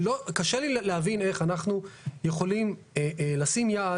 קשה לי להבין איך אנחנו יכולים לשים יד